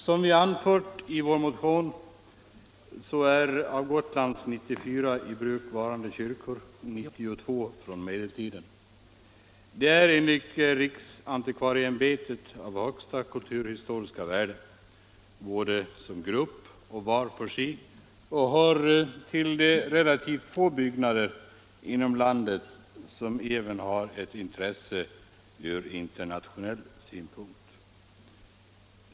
Som vi anfört i vår motion är av Gotlands 94 i bruk varande kyrkor 92 från medeltiden. De är enligt riksantikvarieämbetet av högsta kulturhistoriska värde, både som grupp och var för sig, och hör till de relativt få byggnader inom landet som även har intresse ur internationell synpunkt.